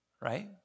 right